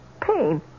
pain